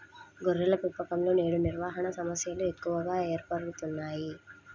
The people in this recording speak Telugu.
గొర్రెల పెంపకంలో నేడు నిర్వహణ సమస్యలు ఎక్కువగా ఏర్పడుతున్నాయి